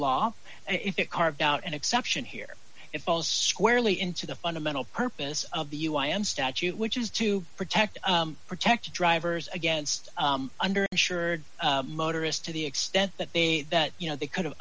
law if it carved out an exception here it falls squarely into the fundamental purpose of the u i and statute which is to protect protected drivers against under insured motorists to the extent that they that you know they could